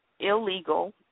illegal